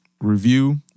review